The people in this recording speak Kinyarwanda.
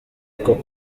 uko